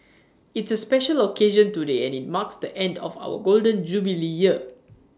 it's A special occasion today and IT marks the end of our Golden Jubilee year